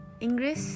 English